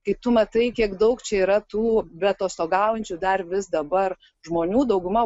kai tu matai kiek daug čia yra tų be atostogaujančių dar vis dabar žmonių dauguma